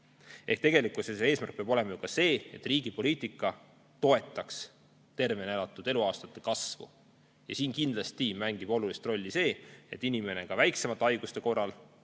Ehk tegelikkuses eesmärk peab olema ju ka see, et riigi poliitika toetaks tervena elatud eluaastate kasvu. Siin kindlasti mängib olulist rolli see, et inimene ka väiksemate haiguste korral,